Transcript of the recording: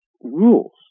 rules